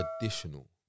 additional